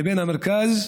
לבין המרכז: